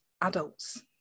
adults